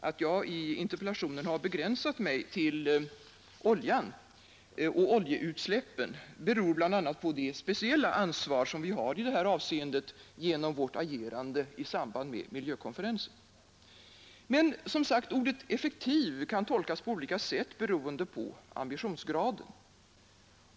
Att jag i interpellationen begränsat mig till oljeutsläppen beror bl.a. på det speciella ansvar som vi har i detta avseende genom vårt agerande i samband med miljökonferensen. Men, som sagt, ordet effektiv kan tolkas på olika sätt beroende på ambitionsgraden.